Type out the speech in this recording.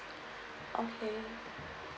okay